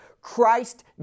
Christ